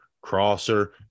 crosser